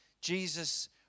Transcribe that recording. Jesus